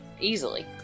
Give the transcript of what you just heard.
easily